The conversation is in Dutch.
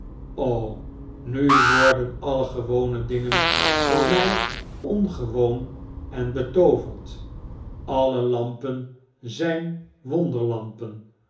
nu worden alle gewone dingen voor my ongewoon en betooverd alle lampen zyn wonderlampen